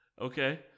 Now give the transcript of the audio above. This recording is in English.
Okay